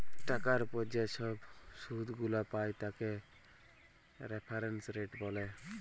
টাকার উপর যে ছব শুধ গুলা পায় তাকে রেফারেন্স রেট ব্যলে